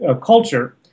culture